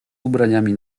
ubraniami